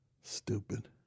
Stupid